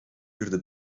duurde